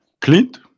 Clint